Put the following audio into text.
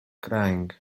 crying